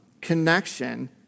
connection